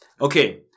Okay